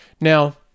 Now